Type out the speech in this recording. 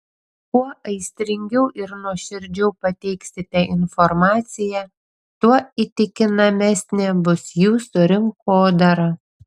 kuo aistringiau ir nuoširdžiau pateiksite informaciją tuo įtikinamesnė bus jūsų rinkodara